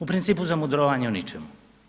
U principu za mudrovanje u ničemu.